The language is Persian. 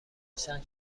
چند